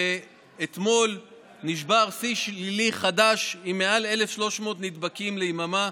ואתמול נשבר שיא שלילי חדש עם מעל 1,300 נדבקים ליממה,